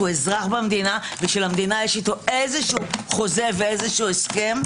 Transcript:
אזרח במדינה ושלמדינה יש איתו איזשהו חוזה והסכם,